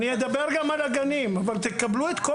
על הגנים אבל קבלו את כל